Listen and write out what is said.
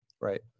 Right